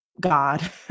God